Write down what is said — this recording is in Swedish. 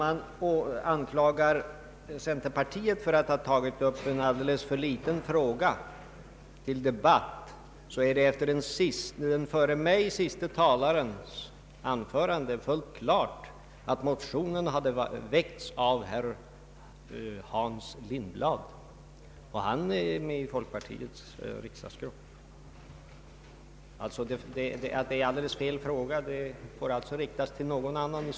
Man anklagar centerpartiet för att ha tagit upp en alldeles för liten fråga till debatt, men efter den närmast föregående talarens anförande är det uppenbart att motionen väckts av herr Hans Lindblad, medlem av folkpartiets riksdagsgrupp. Påståendet att en för liten fråga har tagits upp får alltså riktas till någon annan.